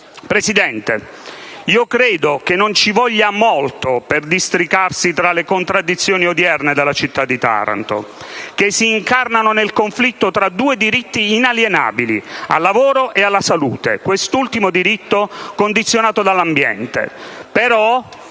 Presidente, io credo che non ci voglia molto per districarsi tra le contraddizioni odierne della città di Taranto, che si incarnano nel conflitto tra due diritti inalienabili, quello al lavoro e quello alla salute, quest'ultimo condizionato dall'ambiente.